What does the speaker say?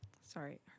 Sorry